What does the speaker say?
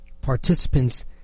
participants